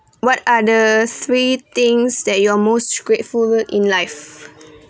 what are the three things that you are most grateful in life